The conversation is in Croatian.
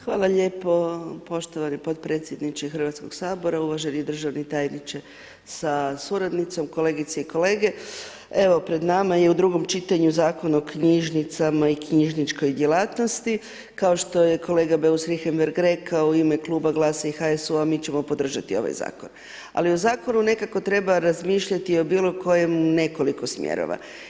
Hvala lijepo poštovani podpredsjedniče Hrvatskog sabora, uvaženi državni tajniče sa suradnicom, kolegice i kolege evo pred nama je u drugom čitanju Zakon o knjižnicama i knjižničnoj djelatnosti kao što je kolega Beus Richembergh rekao u ime Kluba GLAS-a i HSU-a mi ćemo podržati ovaj zakon, ali u zakonu nekako treba razmišljati o bilo kojem nekoliko smjerova.